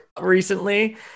recently